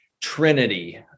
trinity